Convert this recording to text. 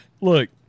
Look